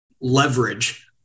leverage